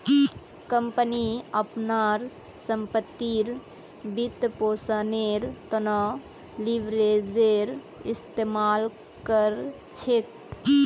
company अपनार संपत्तिर वित्तपोषनेर त न लीवरेजेर इस्तमाल कर छेक